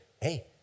hey